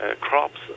crops